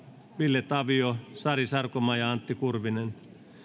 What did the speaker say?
ville tavio sari sarkomaa ja antti kurvinen